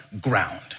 ground